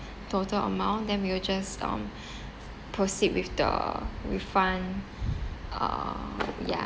total amount then we'll just um proceed with the refund uh ya